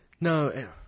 No